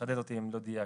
יחדד אם לא דייקתי.